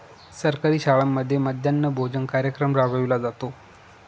सरकारी शाळांमध्ये मध्यान्ह भोजन कार्यक्रम राबविला जातो